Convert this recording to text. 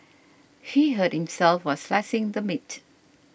he hurt himself while slicing the meat